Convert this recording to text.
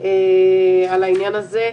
היו על העניין הזה.